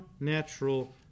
natural